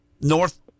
north